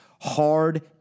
hard